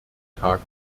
tag